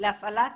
להפעלת